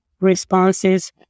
responses